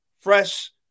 fresh